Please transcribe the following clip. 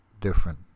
different